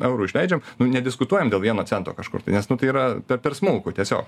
eurų išleidžiam nu nediskutuojam dėl vieno cento kažkur tai nes nu tai yra pe per smulku tiesiog